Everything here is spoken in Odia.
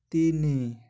ତିନି